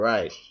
Right